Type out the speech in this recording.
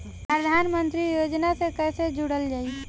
प्रधानमंत्री योजना से कैसे जुड़ल जाइ?